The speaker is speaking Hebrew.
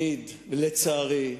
ולצערי,